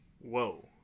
whoa